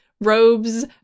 robes